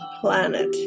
planet